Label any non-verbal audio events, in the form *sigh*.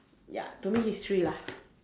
ya to me history lah *noise*